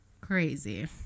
crazy